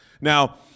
Now